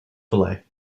fillet